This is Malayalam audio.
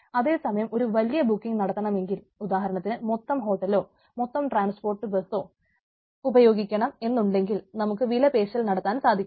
അതേ സമയം ഒരു വലിയ ബുക്കിങ് നടത്തണമെന്നുണ്ടെങ്കിൽ ഉദാഹരണത്തിന് മൊത്തം ഹോട്ടലൊ മൊത്തം ട്രാൻസ്പോർട്ട് ബസ്സോ ഉപയോഗിക്കണം എന്നുണ്ടെങ്കിൽ നമുക്ക് വില പേശൽ നടത്താൻ സാധിക്കും